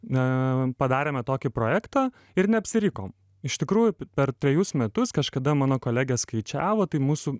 e padarėme tokį projektą ir neapsirikom iš tikrųjų per trejus metus kažkada mano kolegė skaičiavo tai mūsų